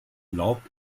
glaubt